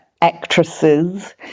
actresses